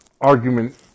argument